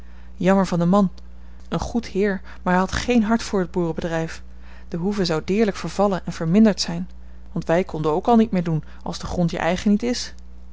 jammer van den man een goed heer maar hij had geen hart voor het boerenbedrijf de hoeve zou deerlijk vervallen en verminderd zijn want wij konden ook al niet meer doen als de grond je eigen niet is